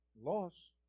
loss